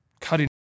cutting